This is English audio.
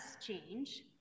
change